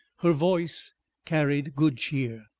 her voice carried good cheer.